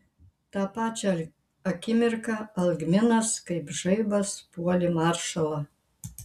tą pačią akimirką algminas kaip žaibas puolė maršalą